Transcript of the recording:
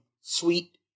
Sweet